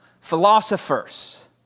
philosophers